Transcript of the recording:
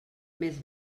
més